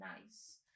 nice